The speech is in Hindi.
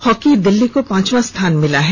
हॉकी दिल्ली को पांचवां स्थान मिला है